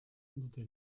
unter